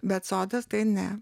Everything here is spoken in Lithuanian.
bet sodas tai ne